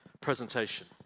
presentation